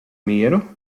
mieru